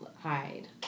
hide